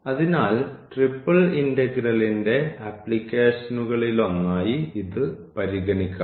അതിനാൽ ട്രിപ്പിൾ ഇന്റഗ്രലിന്റെ ആപ്ലിക്കേഷനുകളിലൊന്നായി ഇത് പരിഗണിക്കാം